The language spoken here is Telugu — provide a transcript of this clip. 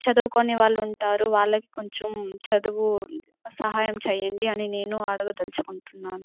చదువుకోని వాళ్ళుంటారు వాళ్ళకి కొంచెం చదువు సహాయం చేయండి అని నేను అడగదలచుకుంటున్నాను